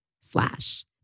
slash